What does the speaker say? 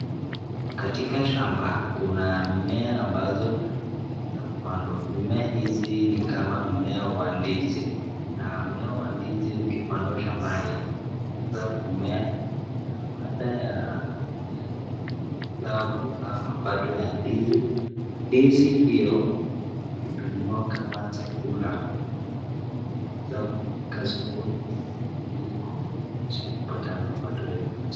Katika shamba kuna mimea ambazo zimeweza pandwa, mimea hizi ni kama mimea wa ndizi, na mimea wa ndizi ukipandwa shambani unaweza kumea na baada ya kumea inaweza kuzaa mapato ya ndizi na ndizi hiyo unaweza kutumiwa kama chakula na pia unaweza kupeleka sokoni hili kuwezesha kupata mapato ya pesa.